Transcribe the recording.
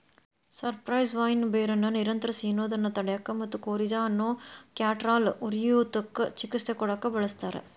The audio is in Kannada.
ಸೈಪ್ರೆಸ್ ವೈನ್ ಬೇರನ್ನ ನಿರಂತರ ಸಿನೋದನ್ನ ತಡ್ಯಾಕ ಮತ್ತ ಕೋರಿಜಾ ಅನ್ನೋ ಕ್ಯಾಟರಾಲ್ ಉರಿಯೂತಕ್ಕ ಚಿಕಿತ್ಸೆ ಕೊಡಾಕ ಬಳಸ್ತಾರ